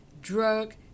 Drug